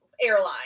airline